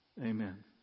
Amen